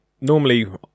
normally